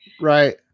Right